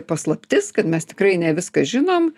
paslaptis kad mes tikrai ne viską žinom